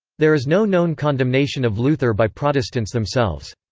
there is no known condemnation of luther by protestants themselves.